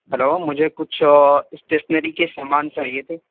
hello مجھے کچھ stationery کے سامان چاہیے تھے